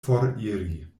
foriri